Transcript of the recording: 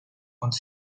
quando